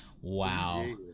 Wow